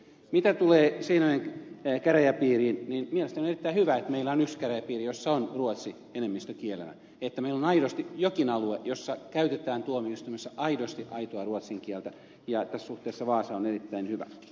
mitä tulee seinäjoen käräjäpiiriin niin mielestäni on erittäin hyvä että meillä on yksi käräjäpiiri jossa on ruotsi enemmistökielenä että meillä on aidosti jokin alue jossa käytetään tuomioistuimessa aidosti aitoa ruotsin kieltä ja tässä suhteessa vaasa on erittäin hyvä